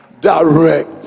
direct